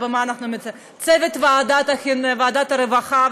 לצוות ועדת הרווחה,